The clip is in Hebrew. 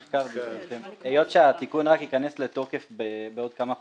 היות שהתיקון ייכנס לתוקף רק בעוד כמה חודשים,